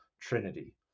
Trinity